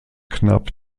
knapp